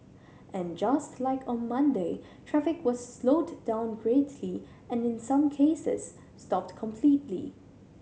and just like on Monday traffic was slowed down greatly and in some cases stopped completely